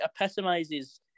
epitomizes